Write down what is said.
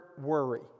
worry